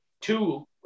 two